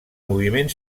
moviment